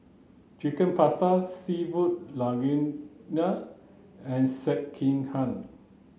Chicken Pasta Seafood Linguine and Sekihan